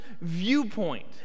viewpoint